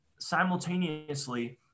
Simultaneously